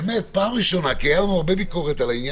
שפעם ראשונה כי היתה לנו הרבה ביקורת על זה